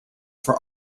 for